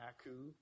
Aku